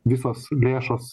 visos lėšos